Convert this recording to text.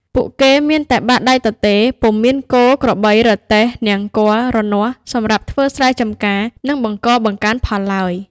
ពួកគេមានតែបាតដៃទទេ ពុំមានគោ ក្របី រទេះ នង្គ័ល រនាស់ សម្រាប់ធ្វើស្រែចម្ការ និងបង្កបង្កើនផលឡើយ។